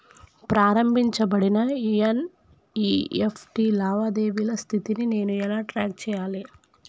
ప్రారంభించబడిన ఎన్.ఇ.ఎఫ్.టి లావాదేవీల స్థితిని నేను ఎలా ట్రాక్ చేయాలి?